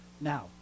Now